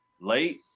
late